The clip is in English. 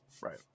Right